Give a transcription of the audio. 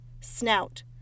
snout